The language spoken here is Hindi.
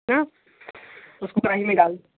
फिन उसको कढ़ाई में डाल दीजिए